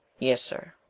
yes, sir.